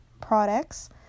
products